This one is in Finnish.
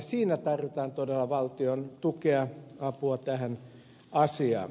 siinä tarvitaan todella valtion tukea apua tähän asiaan